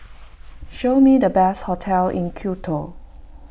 show me the best hotels in Quito